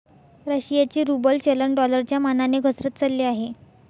रशियाचे रूबल चलन डॉलरच्या मानाने घसरत चालले आहे